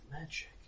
magic